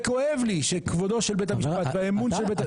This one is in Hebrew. וכואב לי שכבודו של בית המשפט והאמון של בית המשפט.